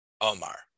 Omar